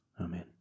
Amen